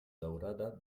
daurada